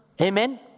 Amen